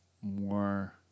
more